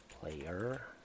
player